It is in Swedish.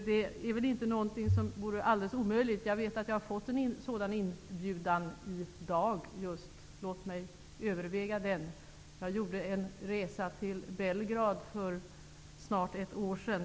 Det är inte alldeles omöjligt. Jag vet att jag har fått en inbjudan dit i dag. Låt mig överväga den. Jag gjorde en resa till Belgrad för snart ett år sedan.